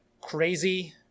crazy